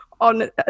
on